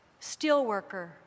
steelworker